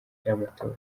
y’amatora